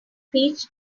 speech